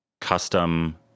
custom